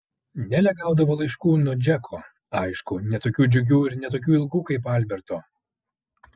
nelė gaudavo laiškų nuo džeko aišku ne tokių džiugių ir ne tokių ilgų kaip alberto